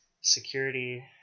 security